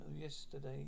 yesterday